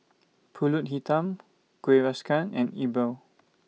Pulut Hitam Kueh Rengas and E Bua